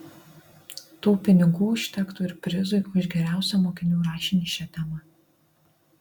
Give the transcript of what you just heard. tų pinigų užtektų ir prizui už geriausią mokinių rašinį šia tema